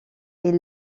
est